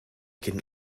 can